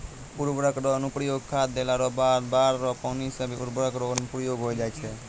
उर्वरक रो अनुप्रयोग खाद देला रो बाद बाढ़ रो पानी से भी उर्वरक रो अनुप्रयोग होय जाय छै